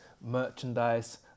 merchandise